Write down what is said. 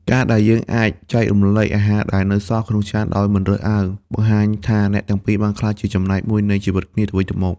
ការដែលយើងអាចចែករំលែកអាហារដែលនៅសល់ក្នុងចានដោយមិនរើសអើង បង្ហាញថាអ្នកទាំងពីរបានក្លាយជាចំណែកមួយនៃជីវិតគ្នាទៅវិញទៅមក។